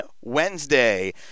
Wednesday